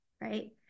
right